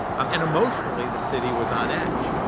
um and emotionally, the city was on edge.